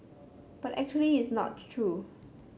but actually it's not true